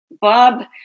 Bob